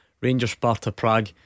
Rangers-Sparta-Prague